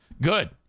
Good